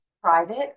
private